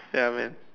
ya I mean